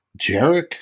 Jarek